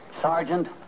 Sergeant